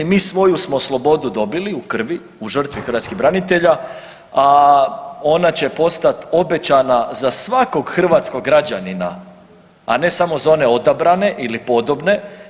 Mi svoju smo slobodu dobili u krvi, u žrtvi hrvatskih branitelja, a ona će postati obećana za svakog hrvatskog građanina, a ne samo za one odabrane ili podobne.